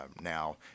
now